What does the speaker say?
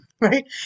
right